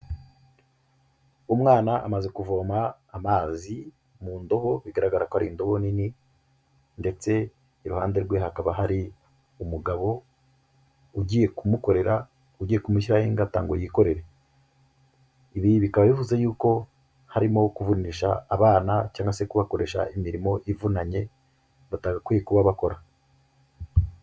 Umwana amaze kuvoma amazi mu ndobo, bigaragara ko ari indobo nini, ndetse iruhande rwe hakaba hari umugabo ugiye kumukorera, ugiye kumushyiraho ingata ngo yikorere, ibi bikaba bivuze yuko harimo kuvunisha abana cyangwa se kubakoresha imirimo ivunanye, batagakwiye kuba bakora.